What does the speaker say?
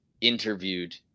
interviewed